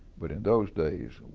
but in those days,